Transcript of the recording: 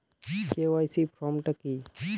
KYC form টা কি?